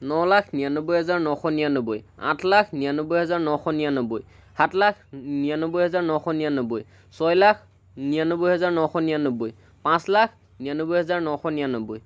ন লাখ নিৰানব্বৈ হাজাৰ নশ নিৰানব্বৈ আঠ লাখ নিৰানব্বৈ হাজাৰ নশ নিৰানব্বৈ সাত লাখ নিৰানব্বৈ হাজাৰ নশ নিৰানব্বৈ ছয় লাখ নিৰানব্বৈ হাজাৰ নশ নিৰানব্বৈ পাঁচ লাখ নিৰানব্বৈ হাজাৰ নশ নিৰানব্বৈ